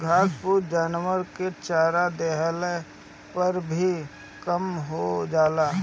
घास फूस जानवरन के चरा देहले पर भी कम हो जाला